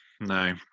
no